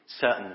certain